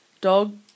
Dog